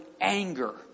anger